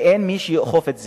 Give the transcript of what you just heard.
ואין מי שיאכוף את זה.